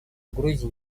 угрозе